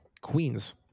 Queens